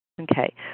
Okay